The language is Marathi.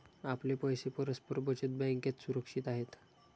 आपले पैसे परस्पर बचत बँकेत सुरक्षित आहेत